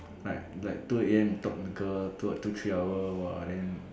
like like two A_M talk to girl two or two three hour !wah! then